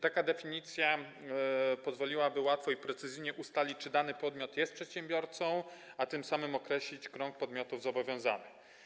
Taka definicja pozwoliłaby łatwo i precyzyjnie ustalić, czy dany podmiot jest przedsiębiorcą, a tym samym określić krąg podmiotów zobowiązanych.